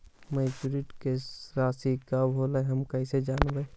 Maturity के रासि कब होलै हम कैसे जानबै?